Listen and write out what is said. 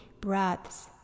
breaths